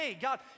God